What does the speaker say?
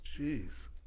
Jeez